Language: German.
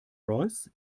royce